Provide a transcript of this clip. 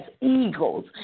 eagles